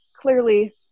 clearly